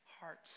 hearts